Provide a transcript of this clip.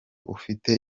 ufite